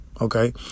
Okay